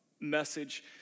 message